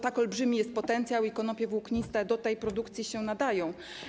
Tak olbrzymi jest potencjał i konopie włókniste do tej produkcji się nadają.